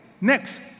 Next